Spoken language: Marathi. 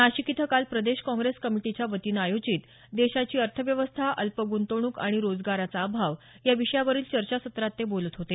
नाशिक इथं काल प्रदेश काँग्रेस कमिटीच्या वतीनं आयोजित देशाची अर्थव्यवस्था अल्प ग्रंतवणूक आणि रोजगाराचा अभाव या विषयावरील चर्चासत्रात ते बोलत होते